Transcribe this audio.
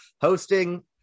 hosting